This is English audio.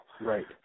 Right